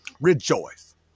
Rejoice